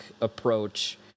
approach